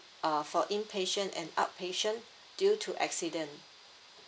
uh for inpatient and outpatient due to accident